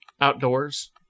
outdoors